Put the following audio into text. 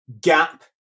gap